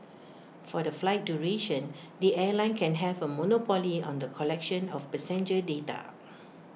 for the flight duration the airline can have A monopoly on the collection of passenger data